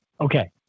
Okay